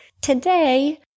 Today